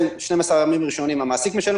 ב-12 הימים הראשונים המעסיק משלם